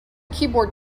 keyboard